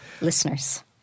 listeners